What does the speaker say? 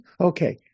Okay